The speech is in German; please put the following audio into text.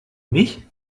mich